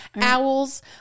owls